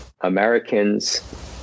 americans